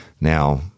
Now